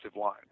line